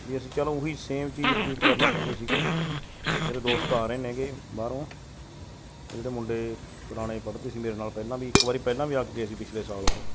ਵੀ ਅਸੀਂ ਚਲੋ ਉਹੀ ਸੇਮ ਚੀਜ਼ ਰਿਪੀਟ ਕਰਨਾ ਚਾਹੁੰਦੇ ਸੀਗੇ ਮੇਰੇ ਦੋਸਤ ਆ ਰਹੇ ਨੇਗੇ ਬਾਹਰੋਂ ਜਿਹੜੇ ਮੁੰਡੇ ਪੁਰਾਣੇ ਪੜ੍ਹਦੇ ਸੀ ਮੇਰੇ ਨਾਲ ਪਹਿਲਾਂ ਵੀ ਇੱਕ ਵਾਰੀ ਪਹਿਲਾਂ ਵੀ ਆ ਕੇ ਗਏ ਸੀ ਪਿਛਲੇ ਸਾਲ ਉਹ